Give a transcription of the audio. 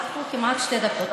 לקחו כמעט שתי דקות.